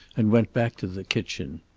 and went back to the kitchen.